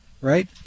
right